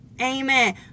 Amen